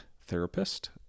therapist